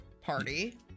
party